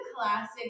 Classic